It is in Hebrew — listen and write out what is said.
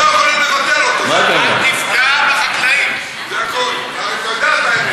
לך תחזיק את הקו, נדאג לך.